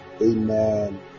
Amen